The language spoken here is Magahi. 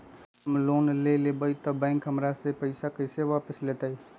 हम लोन लेलेबाई तब बैंक हमरा से पैसा कइसे वापिस लेतई?